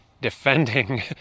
defending